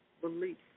belief